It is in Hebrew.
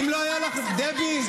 --- דבי,